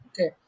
okay